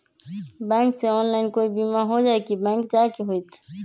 Bank से online कोई बिमा हो जाई कि बैंक जाए के होई त?